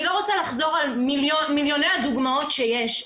אני לא רוצה לחזור על מיליוני הדוגמאות שיש.